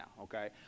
okay